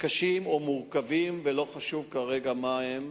קשים או מורכבים, ולא חשוב כרגע מה הם,